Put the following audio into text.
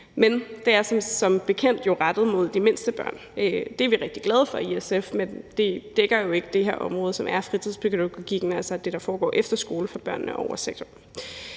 men det er som bekendt jo rettet mod de mindste børn. Det er vi i SF rigtig glade for, men det dækker jo ikke det her område, som er fritidspædagogikken, altså det, der foregår efter skole for børn over 6 år.